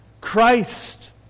Christ